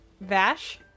Vash